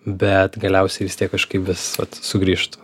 bet galiausiai vis tiek kažkaip vis sugrįžtu